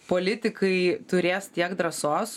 politikai turės tiek drąsos